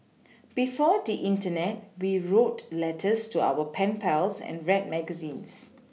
before the Internet we wrote letters to our pen pals and read magazines